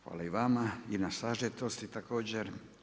Hvala i vama i na sažetosti također.